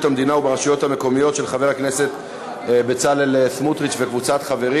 המדינה וברשויות המקומיות של חבר הכנסת בצלאל סמוטריץ וקבוצת חברים.